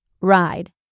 ride